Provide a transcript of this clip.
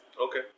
Okay